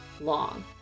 long